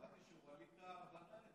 שמעתי שווליד טאהא בנה את זה,